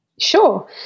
Sure